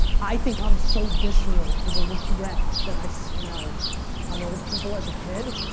i think i'm so visceral to the regret that i smelled on old people as a kid,